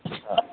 ఆ